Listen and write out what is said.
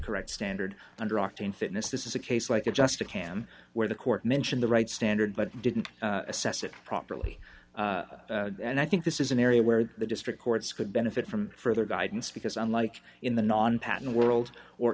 correct standard under octane fitness this is a case like a just a cam where the court mentioned the right standard but didn't assess it properly and i think this is an area where the district courts could benefit from further guidance because unlike in the non patent world or